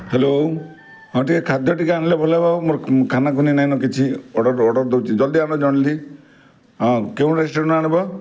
hello ହଁ ଟିକେ ଖାଦ୍ୟ ଟିକେ ଆଣିଲେ ଭଲ୍ ହବ ମୋର୍ ଖାନା ଖୁନି ନାଇଁ ନ୍ କିଛି ଅର୍ଡ଼ର୍ ଅର୍ଡ଼ର୍ ଦଉଛି ଜଲ୍ଦି ଆଣ ଜଲ୍ଦି ହଁ କେଉଁ ରେଷ୍ଟୁରାଣ୍ଟ ଆଣିବ